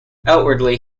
outwardly